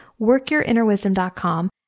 workyourinnerwisdom.com